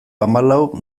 hamalau